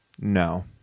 no